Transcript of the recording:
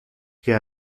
que